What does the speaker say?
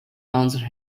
answer